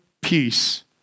peace